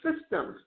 systems